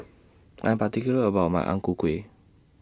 I'm particular about My Ang Ku Kueh